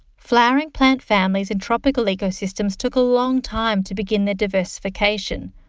flowering plant families in tropical ecosystems took a long time to begin their diversification,